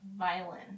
violin